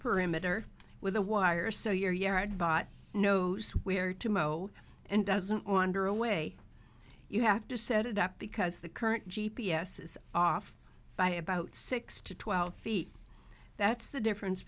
perimeter with a wire so your yard bot knows where to mow and doesn't wander away you have to set it up because the current g p s is off by about six to twelve feet that's the difference